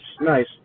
nice